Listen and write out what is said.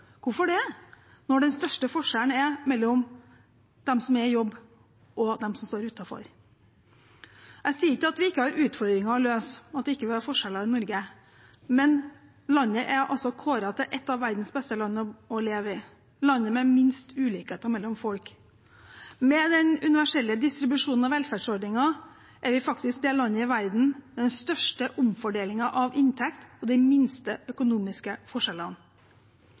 Hvorfor det, når den største forskjellen er mellom dem som er i jobb, og dem som står utenfor? Jeg sier ikke at vi ikke har utfordringer å løse, at vi ikke har forskjeller i Norge, men landet er altså kåret til et av verdens beste land å leve i – landet med minst ulikheter mellom folk. Med den universelle distribusjonen av velferdsordninger er vi faktisk det landet i verden med den største omfordelingen av inntekt og de minste økonomiske forskjellene.